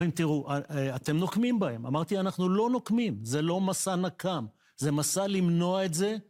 תראו, אתם נוקמים בהם. אמרתי, אנחנו לא נוקמים, זה לא מסע נקם, זה מסע למנוע את זה.